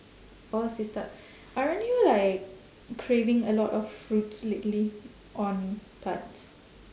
orh sister aren't you like craving a lot of fruits lately on tarts